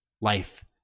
Life